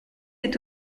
est